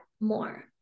more